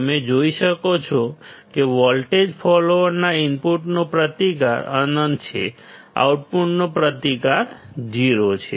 તમે જોઈ શકો છો કે વોલ્ટેજ ફોલોઅરના ઇનપુટનો પ્રતિકાર અનંત છે આઉટપુટનો પ્રતિકાર 0 છે